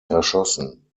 erschossen